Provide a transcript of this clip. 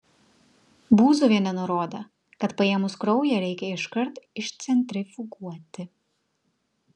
būziuvienė nurodė kad paėmus kraują reikia iškart išcentrifuguoti